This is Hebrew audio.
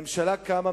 ממשלה קמה,